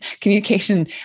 communication